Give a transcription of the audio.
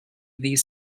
these